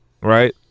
right